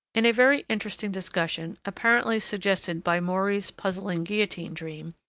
in a very interesting discussion, apparently suggested by maury's puzzling guillotine dream,